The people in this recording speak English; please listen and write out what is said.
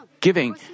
giving